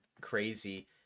crazy